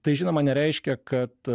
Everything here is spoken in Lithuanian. tai žinoma nereiškia kad